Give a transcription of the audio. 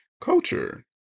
culture